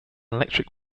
electric